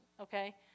Okay